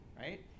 right